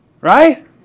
Right